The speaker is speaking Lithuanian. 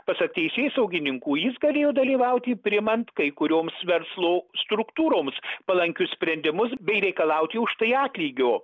pasak teisėsaugininkų jis galėjo dalyvauti priimant kai kurioms verslo struktūroms palankius sprendimus bei reikalauti už tai atlygio